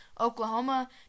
Oklahoma